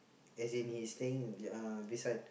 as in he's staying in uh beside